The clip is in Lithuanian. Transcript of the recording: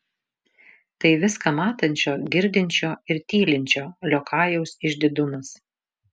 tai viską matančio girdinčio ir tylinčio liokajaus išdidumas